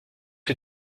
que